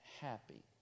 happy